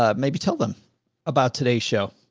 um maybe tell them about today's show,